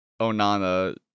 Onana